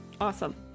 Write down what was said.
Awesome